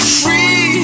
free